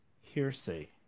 hearsay